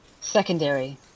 Secondary